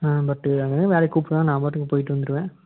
பட்டு எங்களையும் வேலைக்கு கூப்பிடுவாங்க நான் பாட்டுக்கு போய்ட்டு வந்திடுவேன்